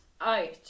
out